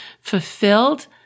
fulfilled